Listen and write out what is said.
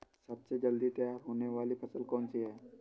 सबसे जल्दी तैयार होने वाली फसल कौन सी है?